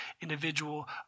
individual